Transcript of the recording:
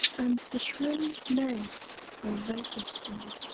and the shrill neigh of vapor-steed,